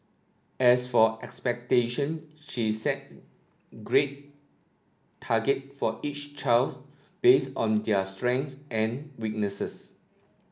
as for expectation she set grade target for each child based on their strengths and weaknesses